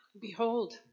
Behold